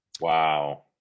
Wow